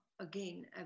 again